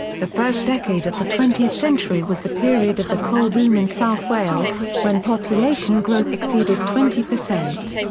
the first decade of the twentieth century was the period of the coal boom in south wales, when population growth exceeded twenty per cent.